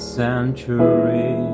century